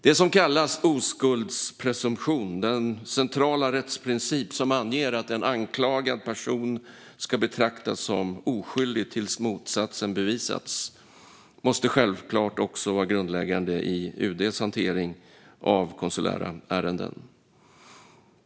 Det som kallas oskuldspresumtion, den centrala rättsprincip som anger att en anklagad person ska betraktas som oskyldig tills motsatsen bevisats, måste självklart vara grundläggande också i UD:s hantering av konsulära ärenden.